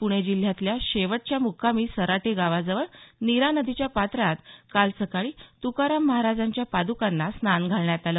पुणे जिल्ह्यातल्या शेवटच्या मुक्कामी सराटी गावाजवळ नीरा नदीच्या पात्रात काल सकाळी तुकाराम महाराजांच्या पादुकांना स्नान घालण्यात आलं